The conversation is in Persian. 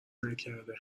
نکرده